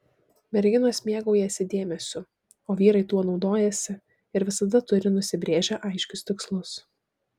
merginos mėgaujasi dėmesiu o vyrai tuo naudojasi ir visada turi nusibrėžę aiškius tikslus